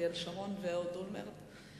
אמיתי ואולי ברוח הדברים שהצגתי.